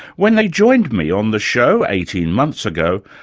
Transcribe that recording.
when they joined me on the show eighteen months ago,